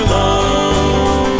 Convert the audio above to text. love